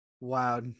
Wow